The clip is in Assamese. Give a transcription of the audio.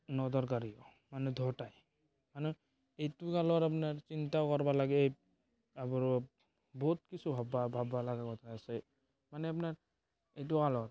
অদৰকাৰীও মানে দুয়োটাই মানে এইটো কালৰ আপোনাৰ আৰু বহুত কিছু ভাবিব লাগে মানে আপোনাৰ এইটো কালত